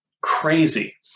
crazy